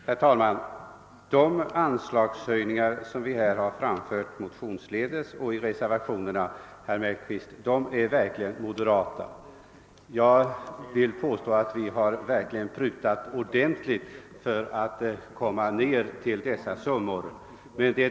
Herr talman! De anslagshöjningar som vi föreslagit motionsledes och i reservationerna är, herr Mellqvist, verkligen moderata. Jag vill påstå att vi har prutat ordentligt för att komma ned till dessa summor.